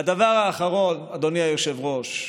והדבר האחרון, אדוני היושב-ראש,